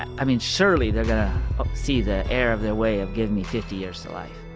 i mean, surely, they're going to see the error of their way of giving me fifty years to life